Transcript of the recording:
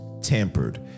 tampered